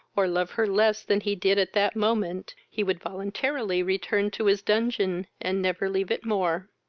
or love her less than he did at that moment, he would voluntarily return to his dungeon, and never leave it more